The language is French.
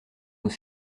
nous